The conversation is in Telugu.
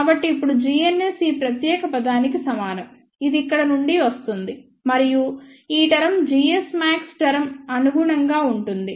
కాబట్టి ఇప్పుడు gns ఈ ప్రత్యేక పదానికి సమానం ఇది ఇక్కడ నుండి వస్తోంది మరియు ఈ టర్మ్ gsmax టర్మ్ అనుగుణంగా ఉంటుంది